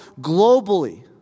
globally